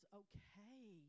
okay